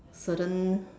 certain